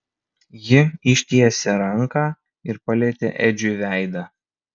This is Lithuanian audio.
ji ištiesė ranką ir palietė edžiui veidą